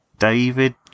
David